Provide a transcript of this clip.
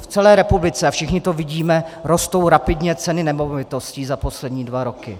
V celé republice, a všichni to vidíme, rostou rapidně ceny nemovitostí za poslední dva roky.